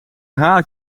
haar